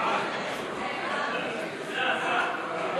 ההסתייגות (2)